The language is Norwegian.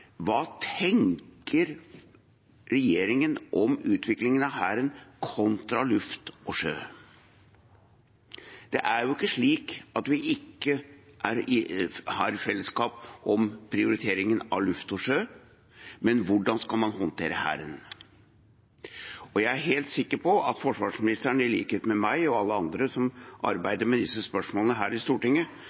Hva tenker regjeringen om utviklingen av Hæren kontra luft og sjø? Det er jo ikke slik at vi ikke har et fellesskap i prioriteringen av luft og sjø, men hvordan skal man håndtere Hæren? Jeg er helt sikker på at forsvarsministeren, i likhet med meg og alle andre som arbeider med disse spørsmålene her i Stortinget,